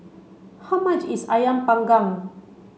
how much is Ayam panggang